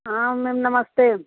हाँ मैम नमस्ते